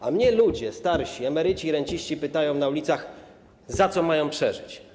A mnie ludzie starsi, emeryci i renciści pytają na ulicach, za co mają przeżyć.